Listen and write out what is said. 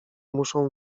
muszą